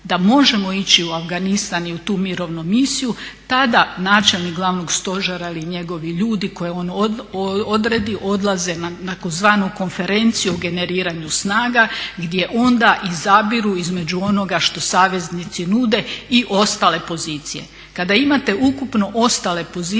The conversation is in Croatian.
da možemo ići u Afganistan i u tu mirovinu misiju tada načelnik glavnog stožera ili njegovi ljudi koje on odredi odlaze na tzv. konferenciju o generiranju snaga gdje onda izabiru između onoga što saveznici nude i ostale pozicije. Kada imate ukupno ostale pozicije